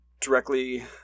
directly